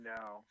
no